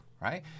right